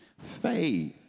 Faith